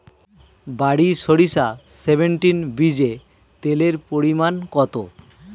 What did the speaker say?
বারি সরিষা সেভেনটিন বীজে তেলের পরিমাণ কত?